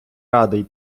радий